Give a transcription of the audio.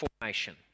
formation